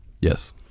Yes